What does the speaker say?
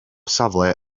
safle